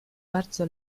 bardzo